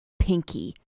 pinky